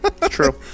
True